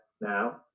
now